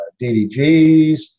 DDGs